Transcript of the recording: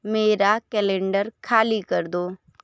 मेरा कैलेंडर खाली कर दो